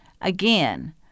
again